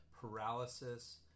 paralysis